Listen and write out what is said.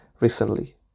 recently